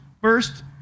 First